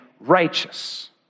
righteous